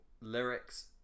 Lyrics